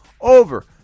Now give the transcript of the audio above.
Over